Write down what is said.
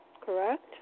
Correct